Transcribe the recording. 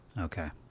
Okay